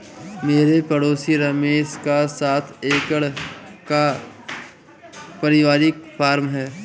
मेरे पड़ोसी रमेश का सात एकड़ का परिवारिक फॉर्म है